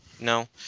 no